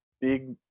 big